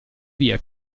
via